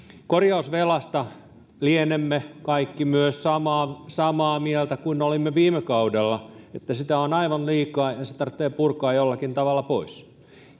korjausvelasta lienemme kaikki samaa samaa mieltä kuin olimme viime kaudella että sitä on aivan liikaa ja ja se tarvitsee purkaa jollakin tavalla pois